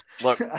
Look